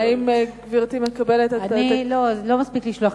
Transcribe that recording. האם גברתי מקבלת את, לא, לא מספיק לשלוח.